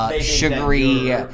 Sugary